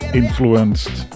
influenced